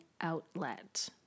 outlet